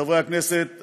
חברי הכנסת,